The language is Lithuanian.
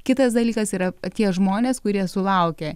kitas dalykas yra tie žmonės kurie sulaukia